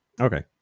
okay